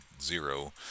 zero